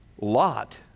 Lot